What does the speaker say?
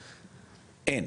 אין,